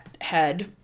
head